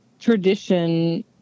tradition